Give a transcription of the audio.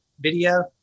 video